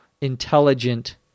intelligent